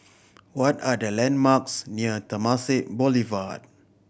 what are the landmarks near Temasek Boulevard